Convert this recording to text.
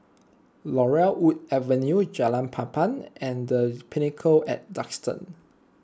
Laurel Wood Avenue Jalan Papan and the Pinnacle at Duxton